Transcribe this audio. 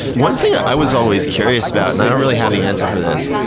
one thing i was always curious about, and i don't really have the answer for this,